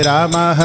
Rama